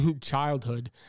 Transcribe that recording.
childhood